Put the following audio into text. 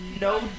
no